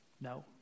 no